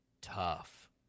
tough